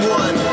one